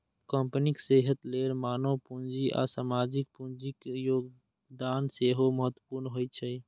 कंपनीक सेहत लेल मानव पूंजी आ सामाजिक पूंजीक योगदान सेहो महत्वपूर्ण होइ छै